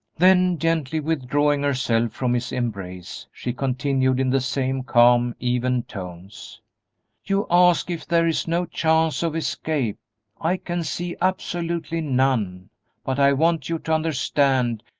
then, gently withdrawing herself from his embrace, she continued, in the same calm, even tones you ask if there is no chance of escape i can see absolutely none but i want you to understand,